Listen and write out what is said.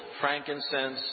frankincense